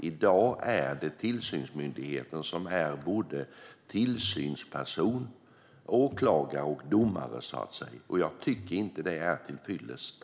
I dag är det tillsynsmyndigheten som är tillsynsperson såväl som åklagare och domare. Jag tycker inte att det är tillfyllest.